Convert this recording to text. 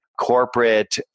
corporate